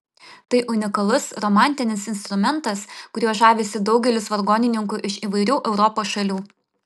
tai unikalus romantinis instrumentas kuriuo žavisi daugelis vargonininkų iš įvairių europos šalių